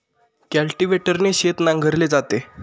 कल्टिव्हेटरने शेत नांगरले जाते